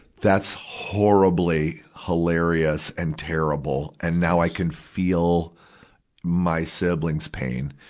that's horribly hilarious and terrible, and now i can feel my sibling's pain.